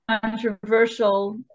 controversial